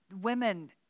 women